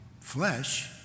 flesh